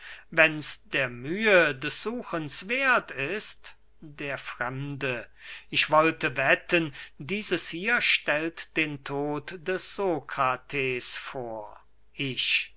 wenn's der mühe des suchens werth ist der fremde ich wollte wetten dieses hier stellt den tod des sokrates vor ich